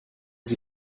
sie